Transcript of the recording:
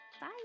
Bye